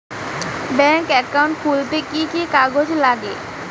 Bank account খুলতে কি কি কাগজ লাগে?